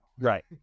right